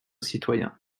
citoyens